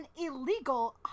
illegal